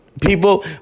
people